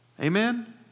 Amen